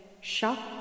shock